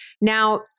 Now